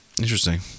Interesting